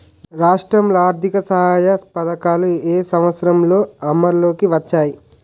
రాష్ట్రంలో ఆర్థిక సహాయ పథకాలు ఏ సంవత్సరంలో అమల్లోకి వచ్చాయి?